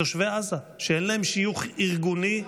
מתושבי עזה שאין להם שיוך ארגוני,